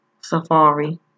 Safari